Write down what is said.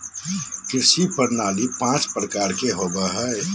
कृषि प्रणाली पाँच प्रकार के होबो हइ